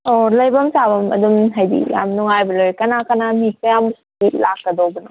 ꯑꯣ ꯂꯩꯐꯝ ꯆꯥꯐꯝ ꯑꯗꯨꯝ ꯍꯥꯏꯕꯗꯤ ꯌꯥꯝ ꯅꯨꯡꯉꯥꯏꯕ ꯂꯩ ꯀꯅꯥ ꯀꯅꯥ ꯃꯤ ꯀꯌꯥꯝꯃꯨꯛꯇꯤ ꯂꯥꯛꯀꯗꯧꯕꯅꯣ